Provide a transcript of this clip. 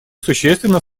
существенно